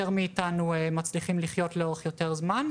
יותר מאיתנו מצליחים לחיות לאורך יותר זמן.